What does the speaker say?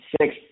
six